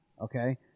Okay